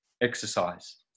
exercise